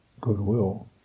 goodwill